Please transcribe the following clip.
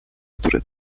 które